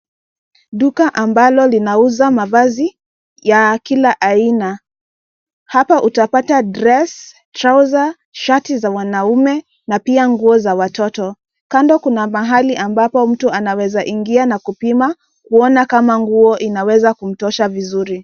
Duka ambalo linauza mavazi ya kila aina. Hapa utapata dress, trouser ,shati za wanaume na pia nguo za watoto. Kando kuna mahali ambapo mtu anaweza ingia na kupima kuona kama nguo inaweza kumtosha vizuri.